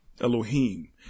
Elohim